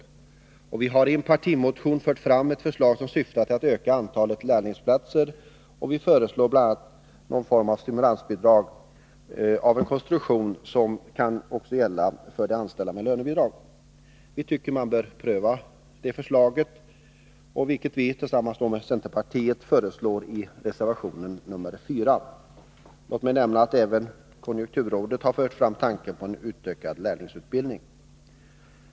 Folkpartiet för i sin partimotion fram ett förslag, som syftar till att öka antalet lärlingsplatser. Bl. a. föreslår vi ett stimulansbidrag av samma konstruktion som för anställning med lönebidrag. Vi tycker att man bör pröva vårt förslag, vilket vi — tillsammans med centerpartiet — återger i reservation nr 4. Låt mig nämna att även konjunkturrådet har fört fram tanken på en utökad lärlingsutbildning.